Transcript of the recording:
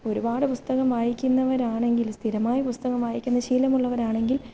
ഒരുപാട് പുസ്തകം വായിക്കുന്നവരാണെങ്കിൽ സ്ഥിരമായി പുസ്തകം വായിക്കുന്ന ശീലമുള്ളവരാണെങ്കിൽ